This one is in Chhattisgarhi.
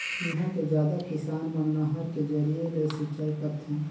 इहां के जादा किसान मन नहर के जरिए ले सिंचई करथे